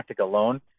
alone